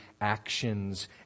actions